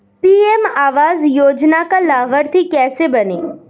PM आवास योजना का लाभर्ती कैसे बनें?